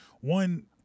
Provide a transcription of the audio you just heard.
One